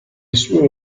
sue